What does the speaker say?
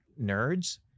nerds